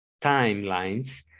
timelines